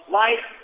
life